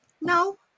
No